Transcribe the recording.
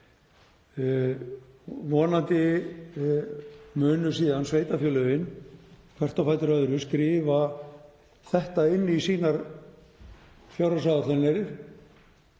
Vonandi munu síðan sveitarfélögin hvert á fætur öðru skrifa þetta inn í sínar fjárhagsáætlanir.